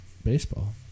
Baseball